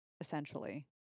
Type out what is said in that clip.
Essentially